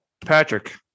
Patrick